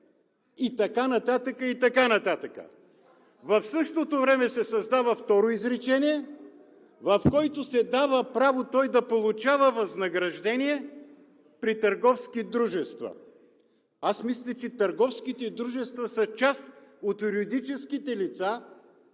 и така нататък, и така нататък. В същото време се създава второ изречение, в което се дава право той да получава възнаграждение при търговски дружества. Аз мисля, че търговските дружества са част от юридическите лица,